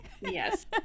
Yes